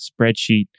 spreadsheet